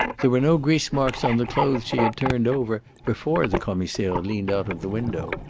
there were no grease-marks on the clothes she had turned over before the commissaire leaned out of the window.